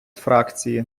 фракції